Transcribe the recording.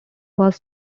was